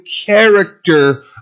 character